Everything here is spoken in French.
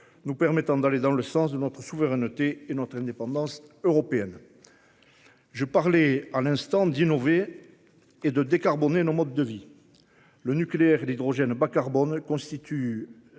nous permettant d'aller dans le sens de notre souveraineté et notre indépendance européenne. Je parlais à l'instant d'innover. Et de décarboner nos modes de vie. Le nucléaire, l'hydrogène bas carbone constituent